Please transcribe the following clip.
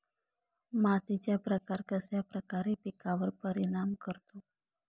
मातीचा प्रकार कश्याप्रकारे पिकांवर परिणाम करतो?